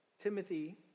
Timothy